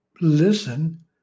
listen